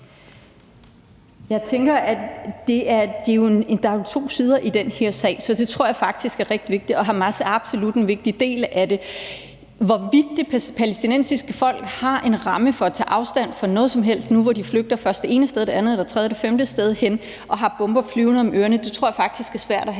Jeg tænker, at der jo er to sider i den her sag – det tror jeg faktisk er rigtig vigtigt – og Hamas er absolut en rigtig vigtig del af det. I forhold til hvorvidt det palæstinensiske folk har en ramme for at tage afstand fra noget som helst nu, hvor de flygter først det ene og så det andet, det tredje og det femte sted hen og har bomber flyvende om ørerne, vil jeg sige, at det tror jeg faktisk er svært at have